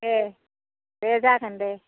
दे दे जागोन दे